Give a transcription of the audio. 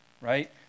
Right